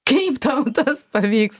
kaip tau tas pavyks